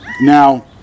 Now